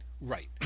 Right